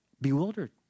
bewildered